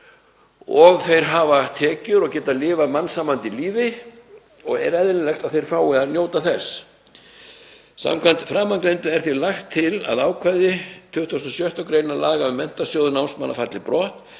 og þeir hafa tekjur og geta lifað mannsæmandi lífi og er eðlilegt að þeir fái að njóta þess. Samkvæmt framangreindu er því lagt til að ákvæði 26. gr. laga um Menntasjóð námsmanna falli brott,